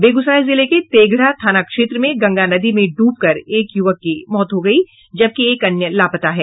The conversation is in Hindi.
बेगूसराय जिले के तेघड़ा थाना क्षेत्र में गंगा नदी में डूबकर एक युवक की मौत हो गयी जबकि एक अन्य लापता है